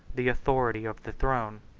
the authority of the throne.